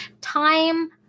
time